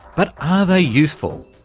but are they useful?